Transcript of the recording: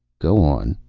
go on.